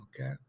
okay